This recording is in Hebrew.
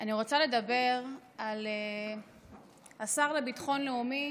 אני רוצה לדבר על השר לביטחון לאומי,